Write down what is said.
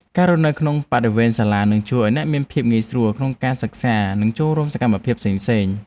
ការរស់នៅក្នុងបរិវេណសាលានឹងជួយឱ្យអ្នកមានភាពងាយស្រួលក្នុងការសិក្សានិងចូលរួមសកម្មភាពផ្សេងៗ។